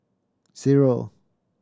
zero